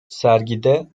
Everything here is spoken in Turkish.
sergide